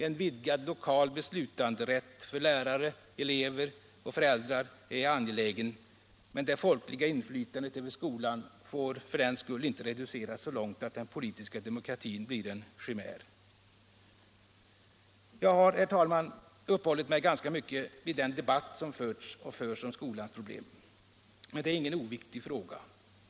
En vidgad lokal beslutanderätt för lärare, elever och föräldrar är angelägen, men det folkliga inflytandet över skolan får för den skull inte reduceras så långt att den politiska demokratin blir en chimär. Jag har, herr talman, uppehållit mig ganska mycket vid den debatt som förts och förs om skolans problem. Det är ingen oviktig fråga.